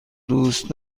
دوست